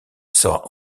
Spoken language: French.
sera